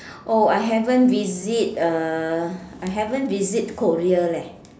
oh I haven't visit uh I haven't visit Korea leh